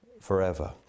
forever